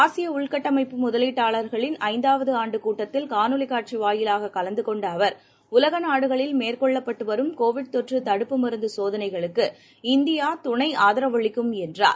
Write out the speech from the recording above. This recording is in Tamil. ஆசிபஉள்கட்டமைப்பு முதலீட்டாளர்களின் ஐந்தாவதுஆண்டுகூட்டத்தில் காணொளிகாட்சிவாயிலாககலந்துகொண்டஅவர் உலகநாடுகளில் மேற்கொள்ளப்பட்டுவரும் கோவிட் தொற்றுதடுப்பு மருந்துசோதனைகளுக்கு இந்தியாதுணைஆதரவளிக்கும் என்றார்